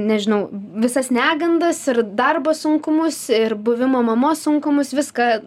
nežinau visas negandas ir darbo sunkumus ir buvimo mama sunkumus viską